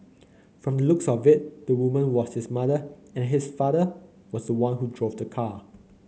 from the looks of it the woman was his mother and his father was the one who drove the car